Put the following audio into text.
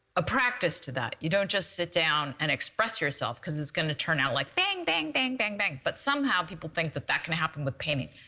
a practice to that. you don't just sit down and express yourself because it's gonna turn out like, bang, bang, bang, bang, bang, but somehow, people think that that can happen with painting,